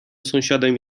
sąsiadem